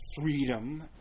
freedom